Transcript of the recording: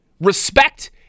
respect